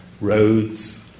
Roads